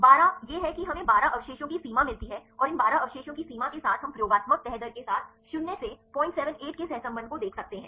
12 यह है कि हमें 12 अवशेषों की सीमा मिलती है और इन 12 अवशेषों की सीमा के साथ हम प्रयोगात्मक तह दर के साथ शून्य से 078 के सहसंबंध को देख सकते हैं